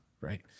right